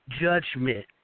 judgment